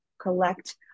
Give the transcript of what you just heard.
Collect